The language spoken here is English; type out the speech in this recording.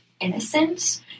innocent